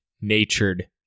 natured